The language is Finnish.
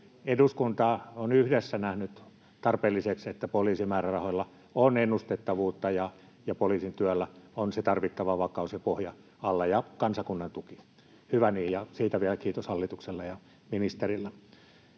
Eduskunta on yhdessä nähnyt tarpeelliseksi, että poliisin määrärahoilla on ennustettavuutta ja poliisin työllä on se tarvittava vakaus ja pohja alla, ja kansakunnan tuki. Hyvä niin, ja siitä vielä kiitos hallitukselle ja ministerille.